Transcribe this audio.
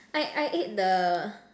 I I ate the